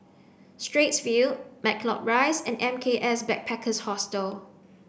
Straits View Matlock Rise and M K S Backpackers Hostel